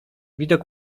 widok